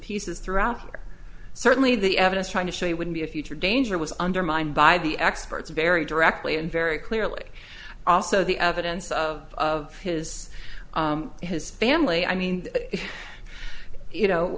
pieces throughout here certainly the evidence trying to show you would be a future danger was undermined by the experts very directly and very clearly also the evidence of of his his family i mean you know